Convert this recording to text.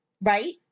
right